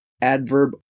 adverb